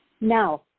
Now